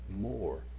more